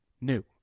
new